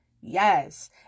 yes